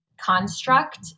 construct